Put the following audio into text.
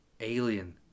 alien